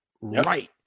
Right